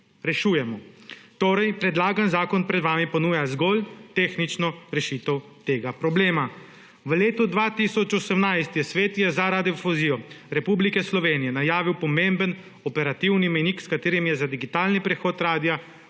rešujemo. Torej predlagani zakon pred vami ponuja zgolj tehnično rešitev tega problema. V letu 2018 je Svet za radiodifuzijo Republike Slovenije najavil pomemben operativni mejnik, s katerim je za digitalni prehod radia